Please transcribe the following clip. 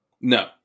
No